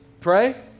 Pray